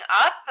up